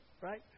Right